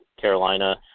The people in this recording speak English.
Carolina